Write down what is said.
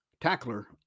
tackler